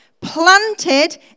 Planted